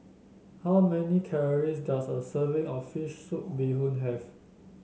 how many calories does a serving of fish soup Bee Hoon have